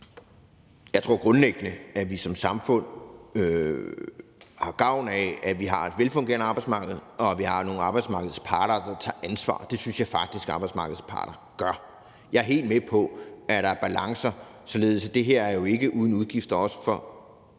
Jeg tror grundlæggende, at vi som samfund har gavn af, at vi har et velfungerende arbejdsmarked, og at vi har nogle arbejdsmarkedsparter, der tager ansvar – det synes jeg faktisk at arbejdsmarkedets parter gør. Jeg er helt med på, at der er balancer, således at det her jo heller ikke er uden udgifter for